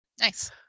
Nice